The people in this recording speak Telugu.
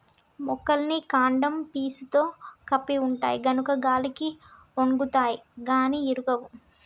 మొక్కలన్నీ కాండం పీసుతో కప్పి ఉంటాయి గనుక గాలికి ఒన్గుతాయి గాని ఇరగవు